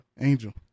Angel